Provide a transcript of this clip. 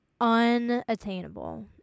unattainable